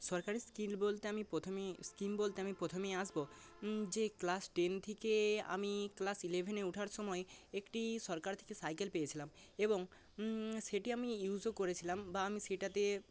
সরকারি স্কিল বলতে আমি প্রথমেই স্কিম বলতে আমি প্রথমেই আসবো যে ক্লাস টেন থেকে আমি ক্লাস ইলেভেনে ওঠার সময় একটি সরকার থেকে সাইকেল পেয়েছিলাম এবং সেটি আমি ইউসও করেছিলাম বা আমি সেটাতে